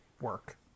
work